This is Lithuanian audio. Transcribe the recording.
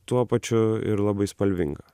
tuo pačiu ir labai spalvinga